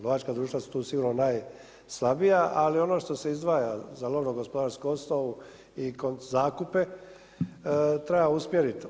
Lovačka društva su tu sigurno najslabija, ali ono što se izdvaja za lovnogospodarsku osnovu i zakupe treba usmjeriti.